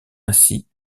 ainsi